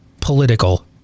political